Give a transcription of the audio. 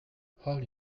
holy